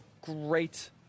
great